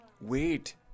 Wait